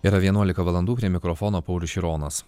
yra vienuolika valadų prie mikrofono paulius šironas